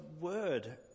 word